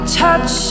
touch